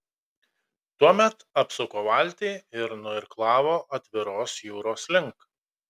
tuomet apsuko valtį ir nuirklavo atviros jūros link